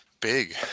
Big